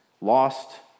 lost